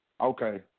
Okay